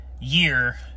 year